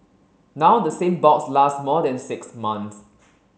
now the same box lasts more than six months